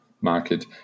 market